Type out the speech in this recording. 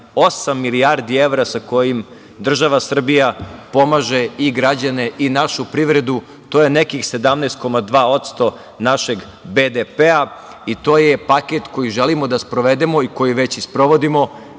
milijardi evra sa kojim država Srbija pomaže i građane i našu privredu. To je nekih 17,2% našeg BDP i to je paket koji želimo da sprovedemo i koji već i sprovodimo